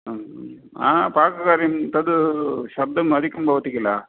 पाककार्यं तत् शब्दम् अधिकं भवति किल